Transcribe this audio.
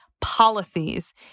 policies